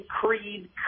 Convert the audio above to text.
creed